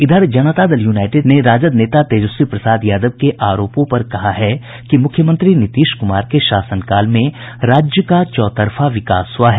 इधर जनता दल यूनाईटेड ने राजद नेता तेजस्वी प्रसाद यादव के आरोपों पर कहा है कि मुख्यमंत्री नीतीश कुमार के शासनकाल में राज्य का चौतरफा विकास हुआ है